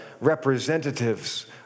representatives